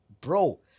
bro